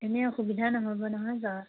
এনেই অসুবিধা নহ'ব নহয়